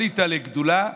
עלית לגדולה,